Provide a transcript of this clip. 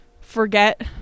forget